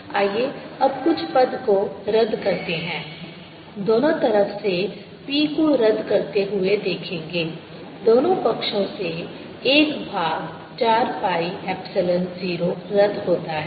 ds14πiprr214π04π3R3Psinθcosϕr2 आइए अब कुछ पद को रद्द करते हैं दोनों तरफ से P को रद्द करते हुए देखेंगे दोनों पक्षों से 1 भाग 4 pi एप्सिलॉन 0 रद्द होता है